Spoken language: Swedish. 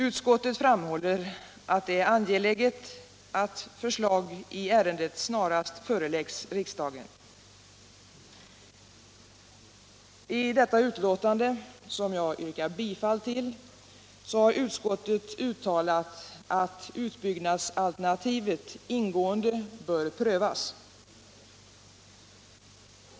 Utskottet framhåller att det är angeläget att förslag i ämnet snarast föreläggs riksdagen. I detta betänkande, till vars hemställan jag yrkar bifall, har utskottet uttalat att utbyggnadsalternativet ingående bör prövas.